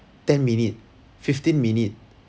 ten minute fifteen minute